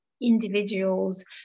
individuals